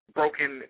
broken